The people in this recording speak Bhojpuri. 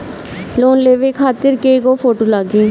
लोन लेवे खातिर कै गो फोटो लागी?